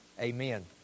Amen